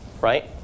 right